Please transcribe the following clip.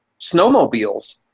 snowmobiles